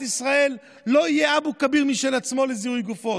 ישראל לא יהיה אבו כביר משל עצמו לזיהוי גופות.